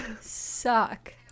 suck